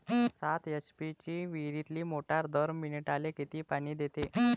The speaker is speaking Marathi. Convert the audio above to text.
सात एच.पी ची विहिरीतली मोटार दर मिनटाले किती पानी देते?